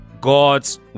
god's